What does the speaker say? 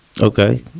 Okay